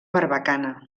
barbacana